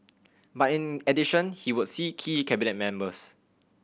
but in addition he would see key Cabinet members